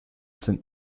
sind